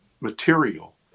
material